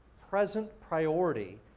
present priority,